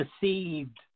deceived